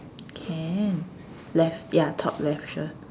can left ya top left sure